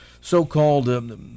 so-called